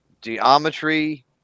Geometry